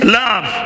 love